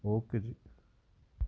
okay ਜੀ